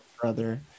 brother